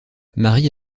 marie